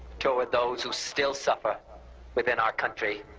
toward those who still suffer within our country,